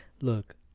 look